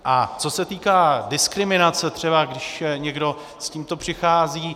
A co se týká diskriminace, třeba když někdo s tímto přichází.